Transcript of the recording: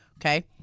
Okay